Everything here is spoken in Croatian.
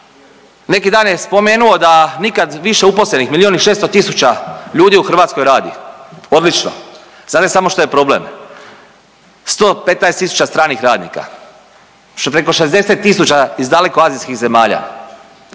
neki dan je spomenuo da nikad više uposlenih, milijun i 600 tisuća ljudi u Hrvatskoj radi, odlično, znate samo što je problem? 115 tisuća stranih radnika, što preko 60 tisuća iz daleko azijskih zemalja,